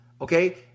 Okay